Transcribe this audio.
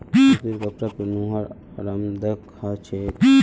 सूतीर कपरा पिहनवार आरामदायक ह छेक